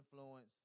influence